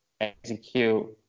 execute